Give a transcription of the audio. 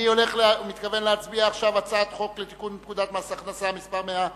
אני מתכוון להצביע על הצעת חוק לתיקון פקודת מס הכנסה (מס' 173)